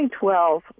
2012